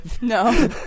No